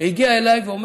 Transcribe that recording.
הגיע אליי.